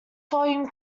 volume